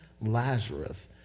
Lazarus